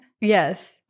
Yes